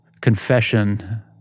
confession